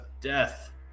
death